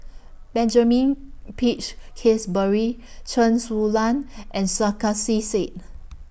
Benjamin Peach Keasberry Chen Su Lan and Sarkasi Said